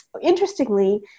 Interestingly